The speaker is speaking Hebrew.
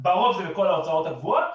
ברוב זה רוב ההוצאות הקבועות,